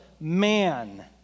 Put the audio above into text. man